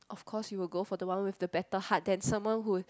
of course you will go for the one with the better heart then someone who